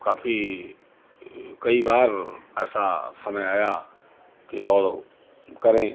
काफ़ी कई बार ऐसा समय आया कि दौड़ ओ करें